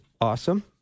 awesome